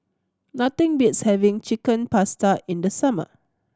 nothing beats having Chicken Pasta in the summer